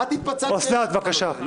את התפצלת --- לא?